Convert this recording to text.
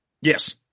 Yes